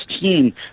team